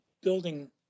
building